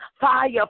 fire